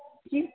जी